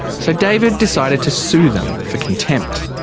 so david decided to sue them for contempt.